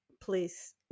please